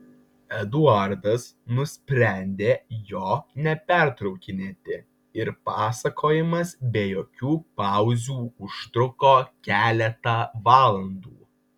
eduardas nusprendė jo nepertraukinėti ir pasakojimas be jokių pauzių užtruko keletą valandų